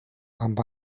amb